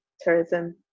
Tourism